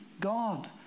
God